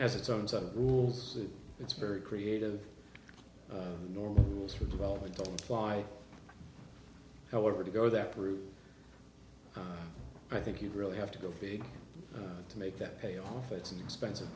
has its own set of rules that it's very creative the normal rules for development don't apply however to go that route i think you really have to go big to make that pay off it's an expensive